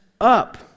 up